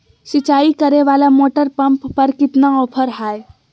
सिंचाई करे वाला मोटर पंप पर कितना ऑफर हाय?